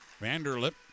Vanderlip